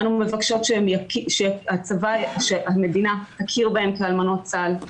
אנו מבקשות שהמדינה תכיר בהן כאלמנות צה"ל,